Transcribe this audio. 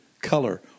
color